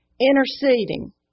interceding